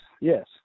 yes